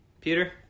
Peter